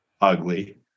ugly